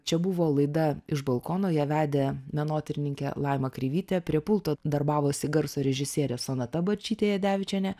čia buvo laida iš balkono ją vedė menotyrininkė laima kreivyte prie pulto darbavosi garso režisierė sonata barčytė jadevičienė